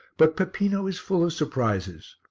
but peppino is full of surprises.